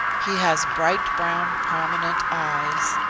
he has bright brown prominent eyes,